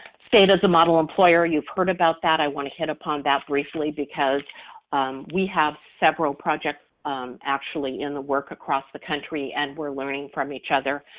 state as a model employer, you've heard about that. i wanna hit upon that briefly because we have several projects actually in the work across the country and we're learning from each other.